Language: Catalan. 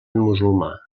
musulmà